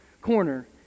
corner